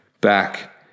back